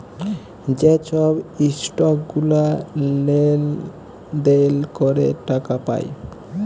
যে ছব ইসটক গুলা লেলদেল ক্যরে টাকা পায়